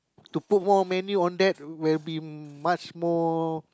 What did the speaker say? to put more menu on that will be much more